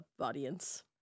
Audience